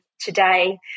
today